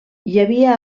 havia